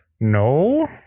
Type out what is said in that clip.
no